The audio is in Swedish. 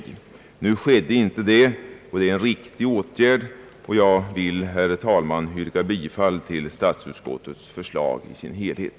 Nu skedde inte det, och det tycker jag är riktigt. Jag ber, herr talman, att få yrka bifall till statsutskottets förslag i dess helhet.